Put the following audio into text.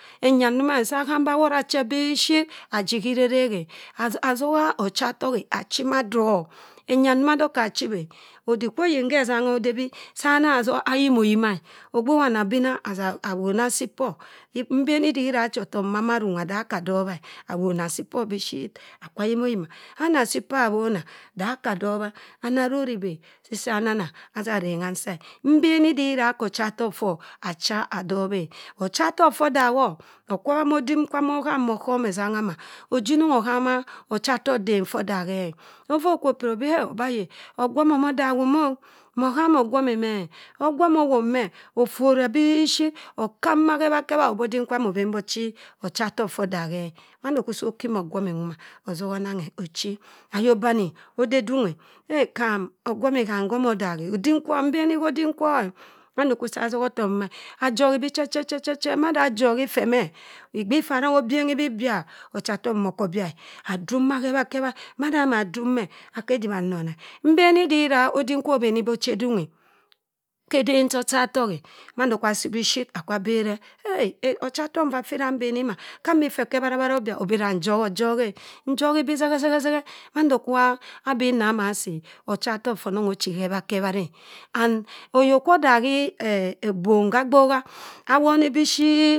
Enya ndoma nse aham ba awoma che biishit aji ghii re rek e. Asoha ochatatok eh achi ma adọp. Enya ndoma adok khe achibhi e. adik kwo oyin ghe etengha ode bii sa ana sọrr ayimo yima e. agbe wani abina assa awona assi pọ. Mbeni si iwura acho ọtọk moma anungha da aka dobha e. Awoma assi pọr bishit akwa yima, ana asi por nwoma da aka dobha ana riri ibi nisa anana ada aregha ansa e. Mbeni bi ida akbọ ọchatok ffo acha dobhe. Ochatok ffọr dagho okwobha odim kwa ham ma oghem essangha ma. Ojinong ohama ochatok dem ffo odaghe e. Di ffa okwo piri obi ho ayi ogwomi omo daghum o, mo khami ogwomi mẹh o? Ogwomi owop meh, ofori weh bishit. okang ma hebharr-hebbarr obi odim kwam oben bo ochi ochatok ffo odaghe e. Mando si kwo okima ogwomi nwoma ossina onanghe ochi. Ayok bani ode edung e. Eh ham ogwomi ham omo dame. odim kwo e mbeni kha odim kwee. Mando si kwa atoha otok nwoma a johi bi chek chek, chek. mada ajohi ffe mch e, igbi ffa arranghe obifenghi bi bya. Ochatok nvo oko bya e. Aduk ma khe bharr khebhar da ama dume, ake edibhi anona e. Mbeni di iwura odim kwo obeni bi mo chi edung e kha eden cha ochatok e mando kwa asii bishit akwa abere. E; ochatok. nwa ffi iwura mbeni ma a rong bi fe oke ebharr ebharr obya? Obi ihira njoho jini e. Njohi bii sehe sehe sehe. Mande kwa abi nna ama assi e ochatok fa anong ono chi ghebharri ghebharr e. And oyok kwo odaghi ehi ibom gha agboha awoni biishit